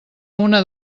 una